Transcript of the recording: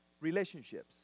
relationships